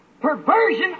perversion